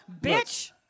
Bitch